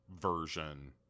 version